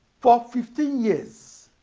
for fifteen years,